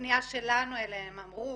בפניה שלנו אליהם אמרו